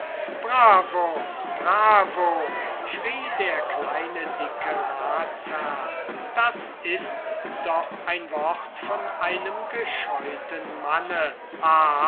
bravo schrie der kleine dicke ratsherr das ist doch ein wort von einem gescheuten manne